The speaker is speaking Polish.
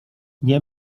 nie